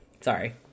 Sorry